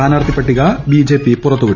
സ്ഥാനാർത്ഥി പട്ടിക ബിജെപി പുറത്തുവിട്ടു